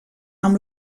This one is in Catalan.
amb